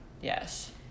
yes